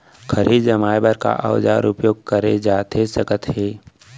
खरही जमाए बर का औजार उपयोग करे जाथे सकत हे?